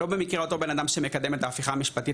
לא במקרה אותו בן אדם שמקדם את ההפיכה המשפטית,